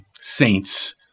saints